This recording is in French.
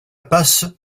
passe